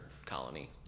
colony